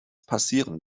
passieren